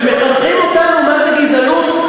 ומחנכים אותנו מה זאת גזענות.